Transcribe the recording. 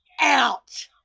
out